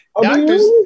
doctors